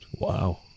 Wow